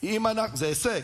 זה עדיין הישג.